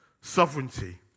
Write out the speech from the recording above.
Sovereignty